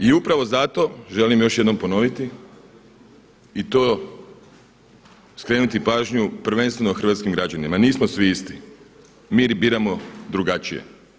I upravo zato želim još jednom ponoviti i skrenuti pažnju prvenstveno hrvatskim građanima, nismo svi isti, mi biramo drugačije.